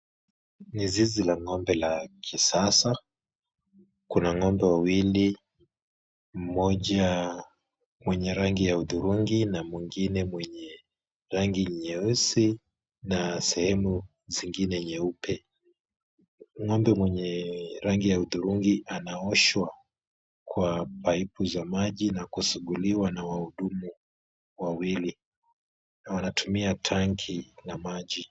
Ni zizi la ng'ombe la kisasa. Kuna ng'ombe wawili, mmoja mwenye rangi ya hudhurungi na mwingine mwenye rangi nyeusi na sehemu zingine nyeupe. Ng'ombe mwenye rangi ya hudhurungi anaoshwa kwa pipe za maji na kusuguliwa na wahudumu wawili na wanatumia tanki la maji.